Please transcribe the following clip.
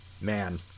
man